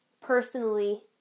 personally